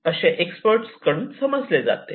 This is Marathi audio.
असे एक्सपर्ट कडून समजले जाते